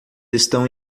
estão